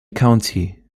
county